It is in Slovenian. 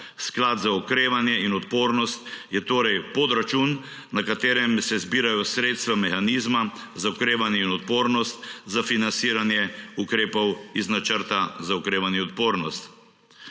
Sklad za okrevanje in odpornost je torej podračun, na katerem se zbirajo sredstva mehanizma za okrevanje in odpornost za financiranje ukrepov iz Načrta za okrevanje in odpornost.